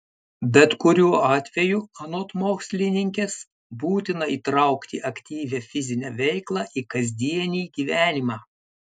bet kuriuo atveju anot mokslininkės būtina įtraukti aktyvią fizinę veiklą į kasdienį gyvenimą